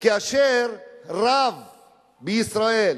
כאשר רב בישראל,